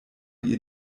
ihr